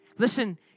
Listen